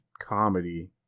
comedy